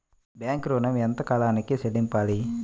Bank ఋణం ఎంత కాలానికి చెల్లింపాలి?